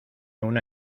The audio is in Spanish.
una